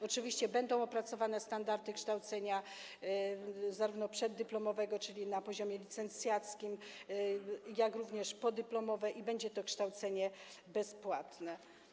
Oczywiście będą opracowane standardy kształcenia zarówno przeddyplomowego, czyli na poziomie licencjackim, jak i podyplomowego, i będzie to kształcenie bezpłatne.